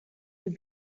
your